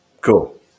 Cool